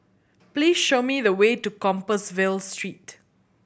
please show me the way to Compassvale Street